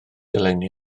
eleni